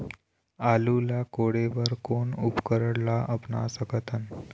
आलू ला कोड़े बर कोन उपकरण ला अपना सकथन?